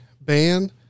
ban